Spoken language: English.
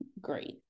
great